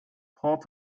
port